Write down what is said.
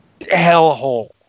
hellhole